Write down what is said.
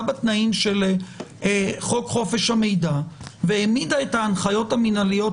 בתנאים של חוק חופש המידע והעמידה את ההנחיות המנהליות